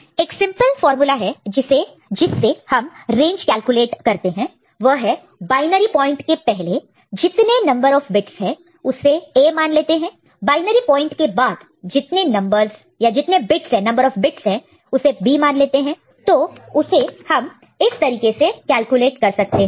एक simple formula है जिससे हम रेंज कैलकुलेट करते हैं वह है बायनरी पॉइंट के पहले जितने नंबर ऑफ बिट्स है उसे A मान लेते हैं बायनरी पॉइंट के बाद जितने नंबर ऑफ बिट्स है उसे B मान लेते हैं तो उसे हम इस तरीके से कैलकुलेट कर सकते हैं